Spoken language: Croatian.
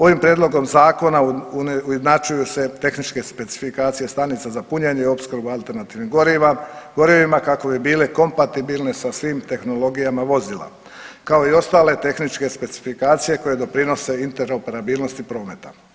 Ovim prijedlogom zakona ujednačuju se tehničke specifikacije stanica za punjenje i opskrbu alternativnim gorivima kako bi bili kompatibilni sa svim tehnologijama vozila, kao i ostale tehničke specifikacije koje doprinose interoperabilnosti prometa.